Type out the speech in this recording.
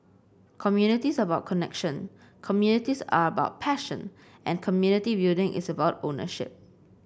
communities are about connection communities are about passion and community building is about ownership